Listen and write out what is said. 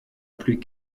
plus